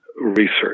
research